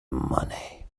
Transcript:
money